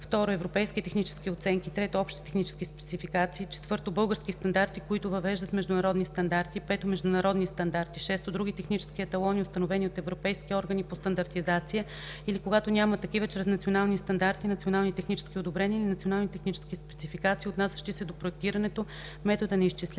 2. европейски технически оценки; 3. общи технически спецификации; 4. български стандарти, които въвеждат международни стандарти; 5. международни стандарти; 6. други технически еталони, установени от европейски органи по стандартизация, или когато няма такива – чрез национални стандарти, национални технически одобрения или национални технически спецификации, отнасящи се до проектирането, метода на изчисление